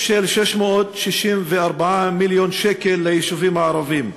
של 664 מיליון שקל ליישובים הערביים.